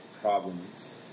problems